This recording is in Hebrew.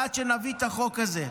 עד שנביא את החוק הזה.